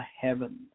heaven